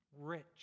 rich